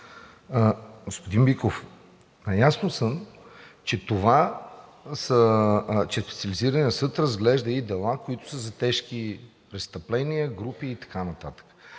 Господин Биков, наясно съм, че Специализираният съд разглежда и дела, които са за тежки престъпления, групи и така нататък.